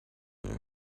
you